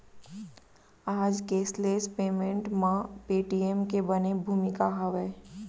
आज cashless payment म Paytm के बने भूमिका हावय